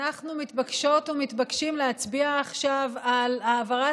אנחנו מתבקשות ומתבקשים להצביע עכשיו על העברת